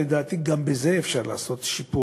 לדעתי גם בזה אפשר לשפר,